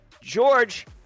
George